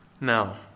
Now